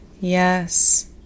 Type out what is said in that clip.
Yes